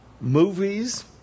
Movies